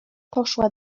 poszła